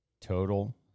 Total